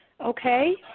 Okay